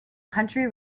country